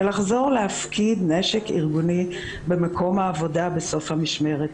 ולחזור להפקיד נשק ארגוני במקום העבודה בסוף המשמרת.